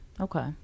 okay